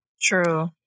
True